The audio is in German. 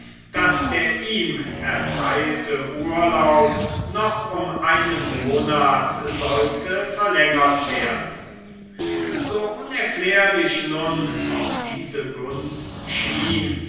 daß der ihm erteilte urlaub noch um einen monat sollte verlängert werden so unerklärlich nun auch diese gunst schien